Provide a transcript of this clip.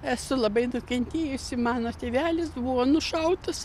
esu labai nukentėjusi mano tėvelis buvo nušautas